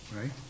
right